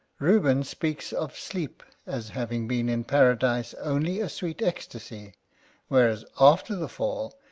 reuben speaks of sleep as having been, in paradise, only a sweet ecstasy whereas, after the fall,